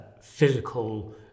physical